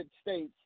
states